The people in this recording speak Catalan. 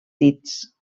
dits